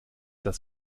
das